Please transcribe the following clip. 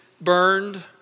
burned